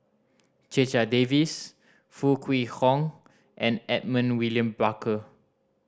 Checha Davies Foo Kwee Horng and Edmund William